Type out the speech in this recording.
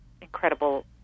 incredible